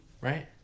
right